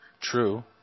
True